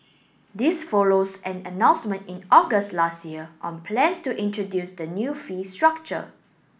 this follows an announcement in August last year on plans to introduce the new fee structure